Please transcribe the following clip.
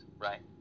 right